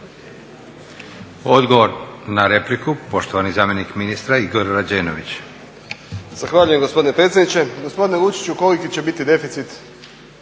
Odgovor na repliku, poštovani zamjenik ministra Igor Rađenović. **Rađenović, Igor (SDP)** Zahvaljujem gospdine predsjedniče. Gospodine Luciću koliki će biti deficit